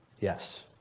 Yes